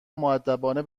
مودبانه